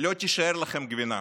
לא תישאר לכם גבינה,